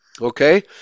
okay